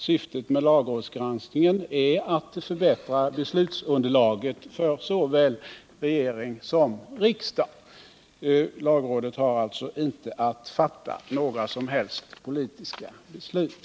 Syftet med lagrådsgranskningen är att förbättra beslutsunderlaget för såväl regering som riksdag. Lagrådet har alltså inte att fatta några som helst politiska beslut.